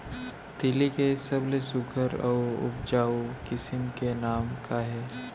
तिलि के सबले सुघ्घर अऊ उपजाऊ किसिम के नाम का हे?